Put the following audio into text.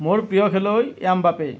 মোৰ প্ৰিয় খেলুৱৈ এমবাপে